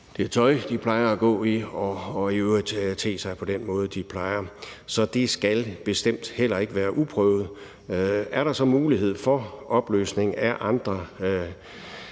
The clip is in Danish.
det tøj, de plejer at gå i, og i øvrigt te sig på den måde, som de plejer. Så det skal bestemt heller ikke være uprøvet. Skal der så være mulighed for opløsning af andre